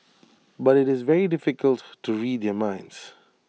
but IT is very difficult to read their minds